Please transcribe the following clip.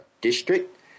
district